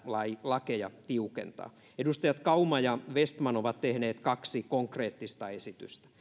lakeja tiukentaa edustajat kauma ja vestman ovat tehneet kaksi konkreettista esitystä